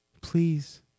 please